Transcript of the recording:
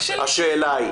השאלה,